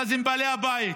ואז הם בעלי הבית.